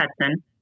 Hudson